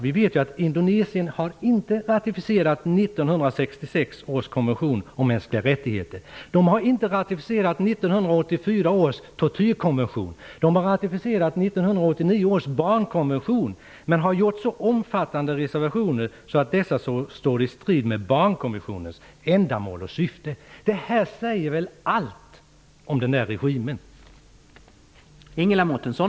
Vi vet att Indonesien inte har ratificerat 1966 års konvention om mänskliga rättigheter. Man har inte ratificerat 1984 års tortyrkonvention. Man har ratificerat 1989 års barnkonvention men gjort omfattande reservationer som står i strid med barnkonventionens ändamål och syfte. Det säger väl allt om den där regimen!